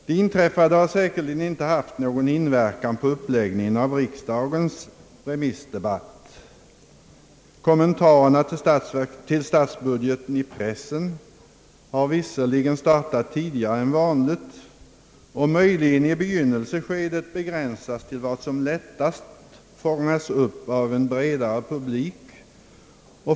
Det inträffade har säkerligen inte haft någon inverkan på uppläggningen av riksdagens remissdebatt. Kommentarerna med anledning av statsbudgeten har i pressen startat tidigare än vanligt och möjligen i begynnelseskedet begränsats till vad som lättast fångas upp av en bredare publik.